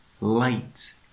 light